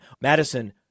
Madison